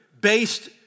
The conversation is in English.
based